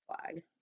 flag